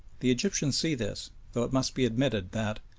the egyptians see this, though it must be admitted that,